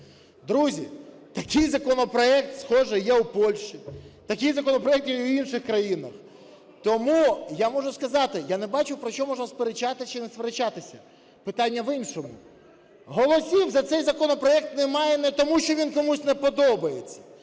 Друзі, такий законопроект схожий є в Польщі, такий законопроект є в інших країнах. Тому я можу сказати, я не бачу, про що можна сперечатися чи не сперечатися, питання в іншому. Голосів за цей законопроект немає не тому, що він комусь не подобається,